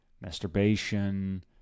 masturbation